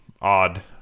odd